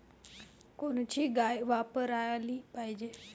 कोनची गाय वापराली पाहिजे?